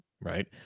Right